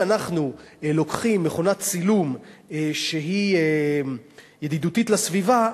אם אנחנו לוקחים מכונת צילום שהיא ידידותית לסביבה,